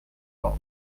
road